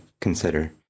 consider